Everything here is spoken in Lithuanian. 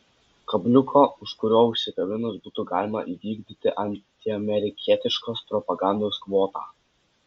kabliuko už kurio užsikabinus būtų galima įvykdyti antiamerikietiškos propagandos kvotą